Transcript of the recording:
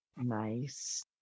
Nice